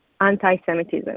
anti-Semitism